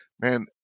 man